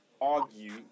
argue